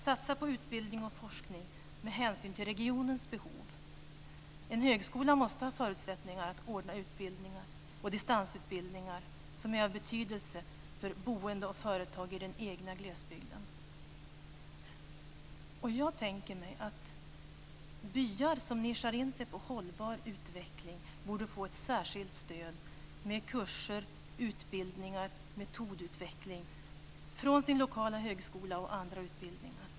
Satsa på utbildning och forskning med hänsyn till regionens behov! En högskola måste ha förutsättningar att ordna utbildningar och distansutbildningar som är av betydelse för boende och företag i den egna glesbygden. Jag tänker mig att byar som nischar in sig på hållbar utveckling borde vara ett särskilt stöd med kurser, utbildningar och metodutveckling från sin lokala högskola och andra utbildningar.